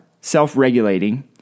self-regulating